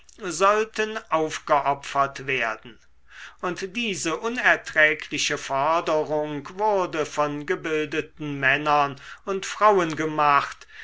sollten aufgeopfert werden und diese unerträgliche forderung wurde von gebildeten männern und frauen gemacht